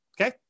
Okay